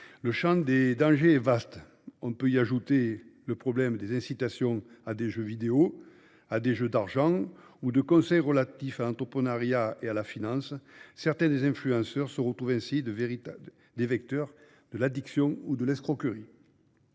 Le champ des dangers est vaste. On peut y ajouter les incitations à jouer à des jeux vidéo, à des jeux d'argent ou les conseils relatifs à l'entrepreneuriat et à la finance. Certains influenceurs se retrouvent ainsi vecteurs de l'addiction ou de l'escroquerie.